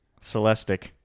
Celestic